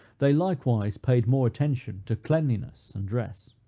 they likewise paid more attention to cleanliness and dress.